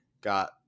got